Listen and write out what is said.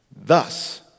Thus